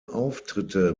auftritte